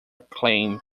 claim